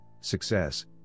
success